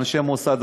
אנשי המוסד,